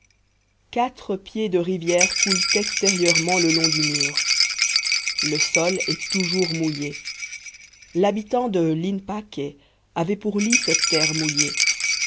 quatre pieds de rivière coulent extérieurement le long du mur le sol est toujours mouillé l'habitant de l in pace avait pour lit cette terre mouillée